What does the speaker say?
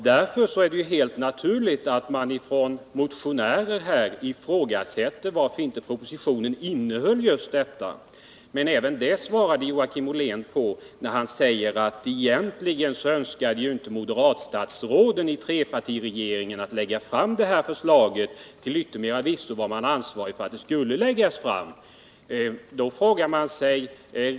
Därför är det helt naturligt att motionärerna frågar varför inte propositionen innehåller just detta. Men även det svarade Joakim Ollén på, när han sade att egentligen önskade inte moderatstatsråden i trepartiregeringen lägga fram detta förslag. Till yttermera visso var man ansvarig för att det skulle läggas fram.